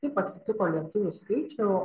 taip atsitiko lietuvių skaičių